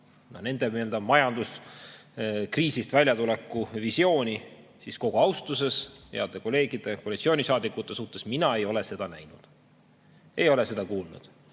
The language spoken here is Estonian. nende majanduskriisist väljatuleku visiooni, siis [ütlen] kogu austuses heade kolleegide koalitsioonisaadikute suhtes, et mina ei ole seda näinud, ei ole seda kuulnud.